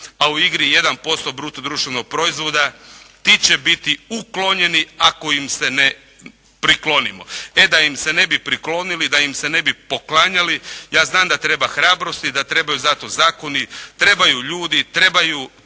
a u igri je 1% bruto društvenog proizvoda, ti će biti uklonjeni ako im se ne priklonimo. E da im se ne bi priklonili, da im se ne bi poklanjali, ja znam da treba hrabrosti, da trebaju za to zakoni, trebaju ljudi, treba